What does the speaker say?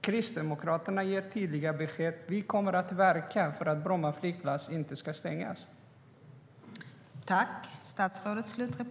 Kristdemokraterna ger tydliga besked: Vi kommer att verka för att Bromma flygplats inte ska stängas.